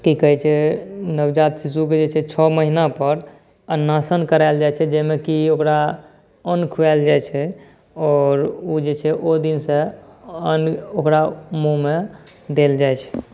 कि कहै छै नवजात शिशुके जे छै से छओ महिनापर अन्नाशन कराएल जाइ छै जाहिमे कि ओकरा अन्न खुआएल जाइ छै आओर ओ जे छै ओहि दिनसँ अन्न ओकरा मुँहमे देल जाइ छै